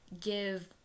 give